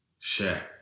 Shaq